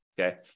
Okay